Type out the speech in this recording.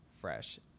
fresh